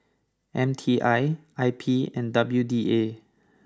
M T I I P and W D A